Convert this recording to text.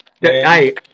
Hey